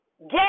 get